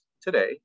today